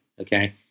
okay